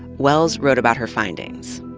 wells wrote about her findings.